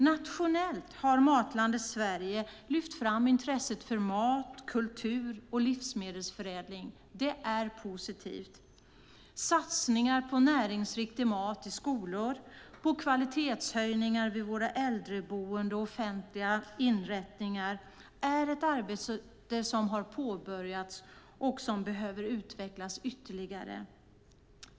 Nationellt har Matlandet Sverige lyft fram intresset för mat, kultur och livsmedelsförädling. Det är positivt. Satsningar på näringsriktig mat i skolor, på kvalitetshöjningar i äldreboenden och offentliga inrättningar är ett arbete som har påbörjats och som behöver utvecklas ytterligare.